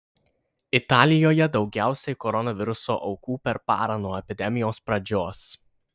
italijoje daugiausiai koronaviruso aukų per parą nuo epidemijos pradžios